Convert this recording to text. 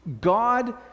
God